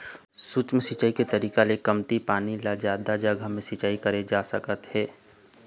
सूक्ष्म सिंचई के तरीका ले कमती पानी ल जादा जघा म सिंचई करे जा सकत हे